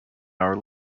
our